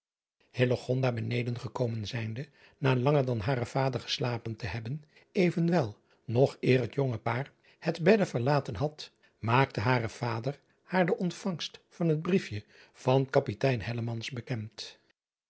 beneden gekomen zijnde na langer dan hare vader geslapen te hebben evenwel nog eer het jonge paar het bedde verlaten had maakte hare vader haar de ontvangst van het briefje van apitein bekend